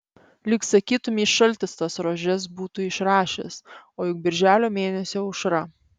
lyg sakytumei šaltis tas rožes būtų išrašęs o juk birželio mėnesio aušra